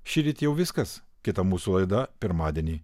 šįryt jau viskas kita mūsų laida pirmadienį